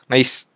Nice